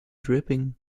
dripping